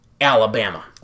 Alabama